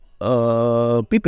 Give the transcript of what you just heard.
people